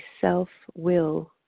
self-will